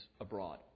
abroad